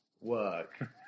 work